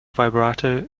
vibrato